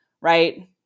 right